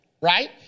right